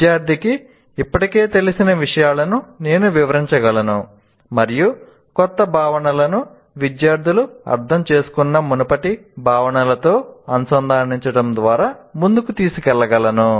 విద్యార్థికి ఇప్పటికే తెలిసిన విషయాలను నేను వివరించగలను మరియు కొత్త భావనలను విద్యార్థులు అర్థం చేసుకున్న మునుపటి భావనలతో అనుసంధానించడం ద్వారా ముందుకు తీసుకెళ్లగలను